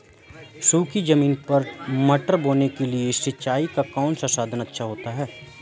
सूखी ज़मीन पर मटर बोने के लिए सिंचाई का कौन सा साधन अच्छा होता है?